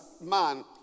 man